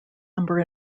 number